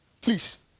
Please